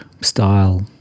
style